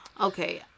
Okay